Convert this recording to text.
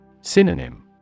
Synonym